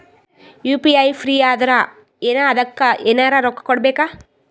UPI free ಅದಾರಾ ಏನ ಅದಕ್ಕ ಎನೆರ ರೊಕ್ಕ ಕೊಡಬೇಕ?